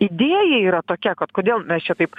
idėja yra tokia kad kodėl mes čia taip